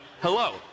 hello